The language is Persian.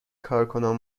کارکنان